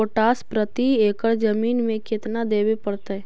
Potash प्रति एकड़ जमीन में केतना देबे पड़तै?